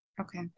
Okay